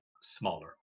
smaller